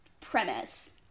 premise